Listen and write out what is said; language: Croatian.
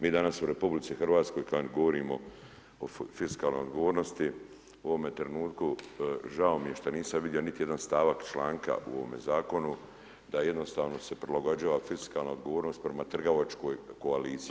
Mi danas u RH, kada govorimo o fiskalnoj odgovornosti, u ovome trenutku, žao mi je što nisam vidio niti jedan stavak članka u ovome zakonu, da jednostavno se prilagođava fiskalna odgovornost prema trgovačkoj koaliciji.